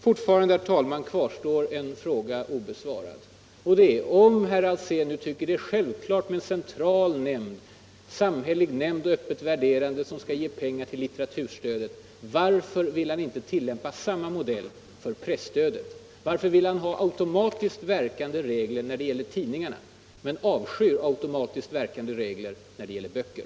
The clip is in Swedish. Fortfarande kvarstår en fråga obesvarad: Om herr Alsén nu tycker att det är självklart med en ”öppet värderande” central, en samhällelig nämnd, som skall ge pengar till litteraturstödet, varför vill han då inte tillämpa samma modell för presstödet? Varför vill han ha automatiskt verkande regler när det gäller tidningarna men avskyr sådana när det gäller böcker?